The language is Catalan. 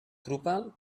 drupal